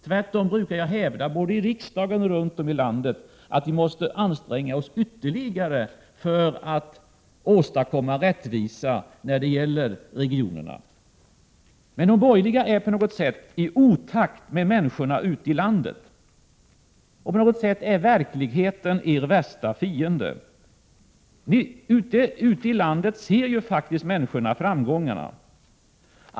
Tvärtom brukar jag hävda både här i riksdagen och runt om i landet att vi måste anstränga oss ytterligare för att åstadkomma rättvisa när det gäller regionerna. Men de borgerliga är på något sätt i otakt med människorna ute i landet. På något sätt är verkligheten er värsta fiende. Ute i landet ser ju faktiskt människorna framgångarna.